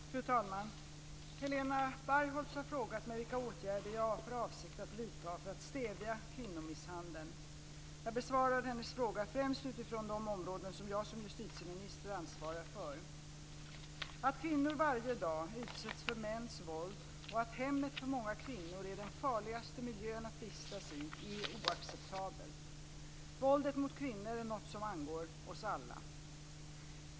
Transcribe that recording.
Fru talman! Helena Bargholtz har frågat mig vilka åtgärder jag har för avsikt att vidta för att stävja kvinnomisshandeln. Jag besvarar hennes fråga främst utifrån de områden som jag som justitieminister ansvarar för. Att kvinnor varje dag utsätts för mäns våld och att hemmet för många kvinnor är den farligaste miljön att vistas i är oacceptabelt. Våldet mot kvinnor är något som angår oss alla.